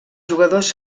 jugadors